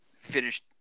finished